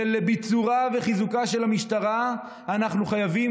ולביצורה וחיזוקה של המשטרה אנחנו חייבים